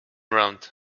round